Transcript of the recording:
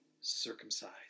circumcised